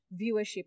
viewership